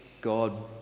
God